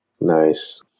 Nice